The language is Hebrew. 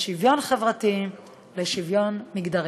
בשוויון חברתי ובשוויון מגדרי.